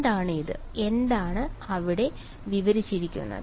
എന്താണ് ഇത് എന്താണ് അവിടെ വിവരിച്ചിരിക്കുന്നത്